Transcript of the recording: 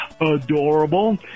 adorable